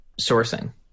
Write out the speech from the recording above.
sourcing